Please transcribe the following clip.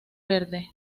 verde